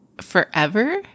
forever